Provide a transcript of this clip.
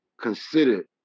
considered